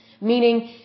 meaning